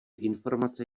informace